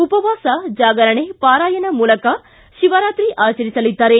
ಉಪವಾಸ ಜಾಗರಣೆ ಪಾರಾಯಣ ಮೂಲಕ ಶಿವರಾತ್ರಿ ಆಚರಿಸಲಿದ್ದಾರೆ